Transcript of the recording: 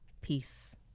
Peace